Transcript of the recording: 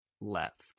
left